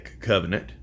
covenant